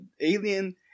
alien